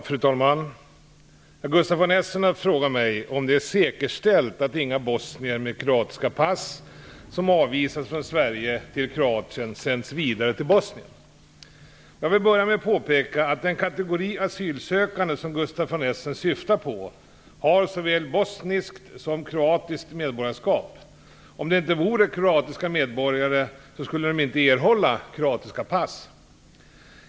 Fru talman! Gustaf von Essen har frågat mig om det är säkerställt att inga bosnier med kroatiska pass som avvisas från Sverige till Kroatien sänds vidare till Jag vill börja med att påpeka att den kategori asylsökande som Gustaf von Essen syftar på såväl har bosniskt som kroatiskt medborgarskap. Om de inte vore kroatiska medborgare skulle de inte erhålla kroatiska pass.